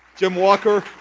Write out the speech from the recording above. jim walker,